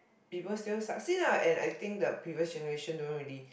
people still succeed lah and I think the previous generation don't really